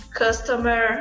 customer